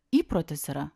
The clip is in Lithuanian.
įprotis yra